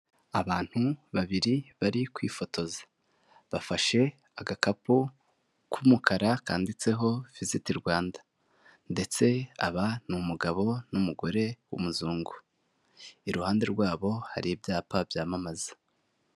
Abantu babiri bari kwifotoza bafashe agakapu k'umukara kanditseho viziti Rwanda ndetse aba ni umugabo n'umugore w'umuzungu. Iruhande rwabo hari ibyapa byamamaza.